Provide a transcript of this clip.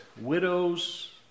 widows